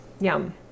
yum